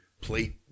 plate